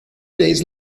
days